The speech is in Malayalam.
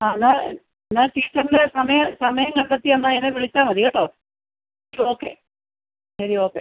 ആ എന്നാൽ എന്നാൽ ടീച്ചറിൻ്റെ സമയം സമയം കണ്ടെത്തി എന്നാൽ എന്നെ വിളിച്ചാൽ മതി കേട്ടോ ഓക്കെ ശരി ഓക്കെ